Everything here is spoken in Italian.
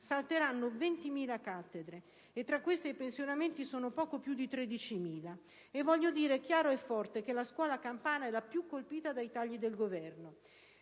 salteranno 20.000 cattedre e tra queste i pensionamenti sono poco più di 13.000. Del resto - lo voglio dire chiaro e forte - la scuola campana è la più colpita dai tagli del Governo.